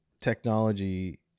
technology